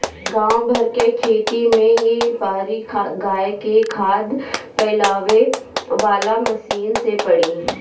गाँव भर के खेत में ए बारी गाय के खाद फइलावे वाला मशीन से पड़ी